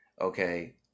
okay